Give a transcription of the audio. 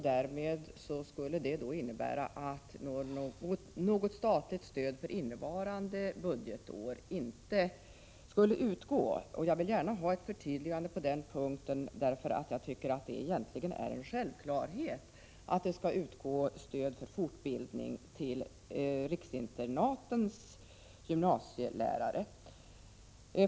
Därmed skulle innebörden vara att något statligt stöd för innevarande budgetår inte skulle utgå. Jag vill gärna ha ett förtydligande på den punkten, för jag tycker att det egentligen är en självklarhet att det skall utgå stöd för fortbildning till riksinternatens gymnasielärare.